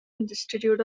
institute